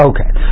Okay